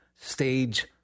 stage